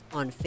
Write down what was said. on